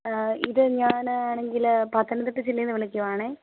ഇത് ഞാൻ ആണെങ്കിൽ പത്തനംതിട്ട ജില്ലയിൽ നിന്ന് വിളിക്കുവാണേ